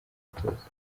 atoza